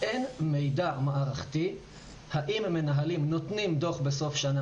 אין מידע מערכתי האם המנהלים נותנים דוח בסוף בשנה?